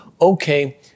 okay